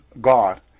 God